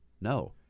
no